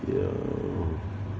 ya